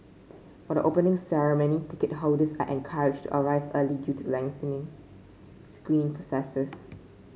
for the Opening Ceremony ticket holders are encouraged to arrive early to lengthy screening processes